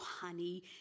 honey